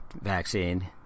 vaccine